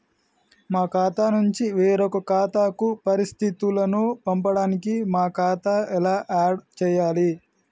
మా ఖాతా నుంచి వేరొక ఖాతాకు పరిస్థితులను పంపడానికి మా ఖాతా ఎలా ఆడ్ చేయాలి?